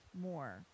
more